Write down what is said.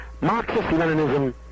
Marxist-Leninism